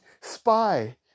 spy